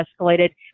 escalated